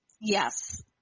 Yes